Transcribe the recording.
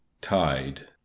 Tide